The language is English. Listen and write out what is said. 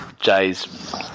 Jay's